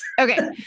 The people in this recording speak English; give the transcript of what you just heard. Okay